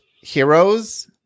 heroes